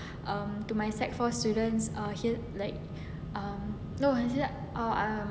um to my sec four students uh here like um no actually is like oh uh